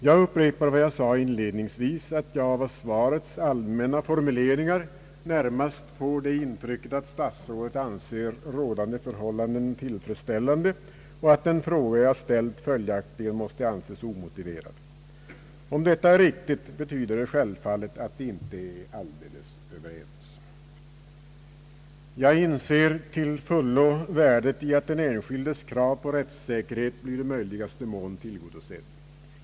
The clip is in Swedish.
Jag upprepar vad jag inledningsvis sade, att jag av svarets allmänna formuleringar närmast får det intrycket att statsrådet anser rådande förhållanden tillfredsställande och att den fråga jag ställt följaktligen måste anses omotiverad. Om detta är riktigt betyder det självfallet att vi inte är överens. Jag inser till fullo värdet av att den enskildes krav på rättssäkerhet i möjligaste mån blir tillgodosett.